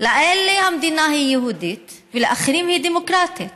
לאלה המדינה היא יהודית ולאחרים היא דמוקרטית.